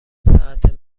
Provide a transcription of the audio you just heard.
ساعت